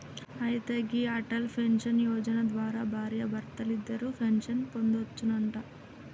అయితే గీ అటల్ పెన్షన్ యోజన ద్వారా భార్యాభర్తలిద్దరూ పెన్షన్ పొందొచ్చునంట